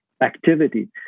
activity